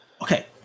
Okay